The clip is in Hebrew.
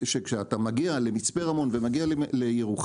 שכשאתה מגיע למצפה רמון וכשאתה מגיע לירוחם,